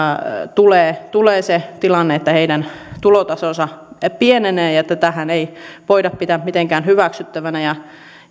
tulee tulee se tilanne että heidän tulotasonsa pienenee ja tätähän ei voida pitää mitenkään hyväksyttävänä